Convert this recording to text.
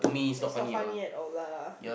but it's not funny at all lah